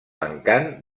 encant